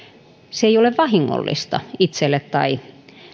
se ei ole vahingollista itselle tai